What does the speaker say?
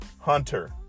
Hunter